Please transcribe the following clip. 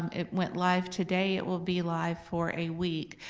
it went live today, it will be live for a week.